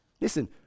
Listen